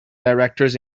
directors